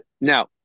Now